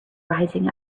rising